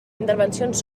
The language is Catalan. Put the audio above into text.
intervencions